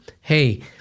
hey